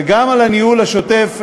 וגם על הניהול השוטף.